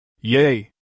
Yay